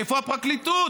איפה הפרקליטות,